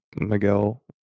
Miguel